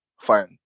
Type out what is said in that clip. fine